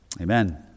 amen